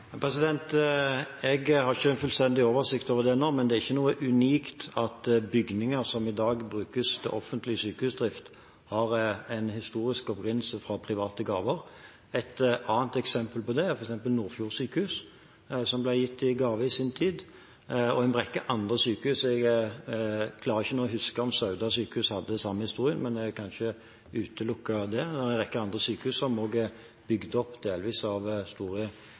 Jeg har ikke fullstendig oversikt over det nå, men det er ikke noe unikt at bygninger som i dag brukes til offentlig sykehusdrift, har en historisk opprinnelse fra private gaver. Et annet eksempel på det er Nordfjord sjukehus, som ble gitt i gave i sin tid. Jeg klarer ikke nå å huske om Sauda sykehus hadde samme historie, men jeg kan ikke utelukke det. Det er en rekke andre sykehus som også er bygd opp delvis av store